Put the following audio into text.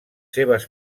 seves